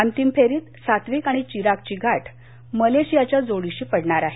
अंतिम फेरीत सात्विक आणि चिरागची गाठ मलेशियाच्या जोडीशी पडणार आहे